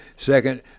Second